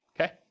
okay